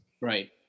Right